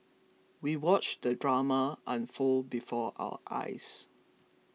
we watched the drama unfold before our eyes